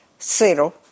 zero